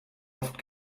oft